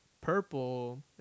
purple